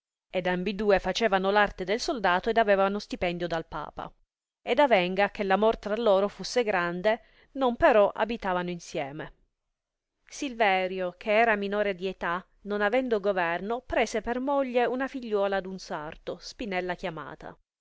ed ambidue facevano l'arte del soldato ed avevano stipendio dal papa ed avenga che r amor tra loro fusse grande non però abitavano insieme silverio che era minore di età non avendo governo prese per moglie una figliuola d un sarto spinella chiamata